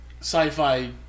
sci-fi